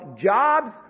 jobs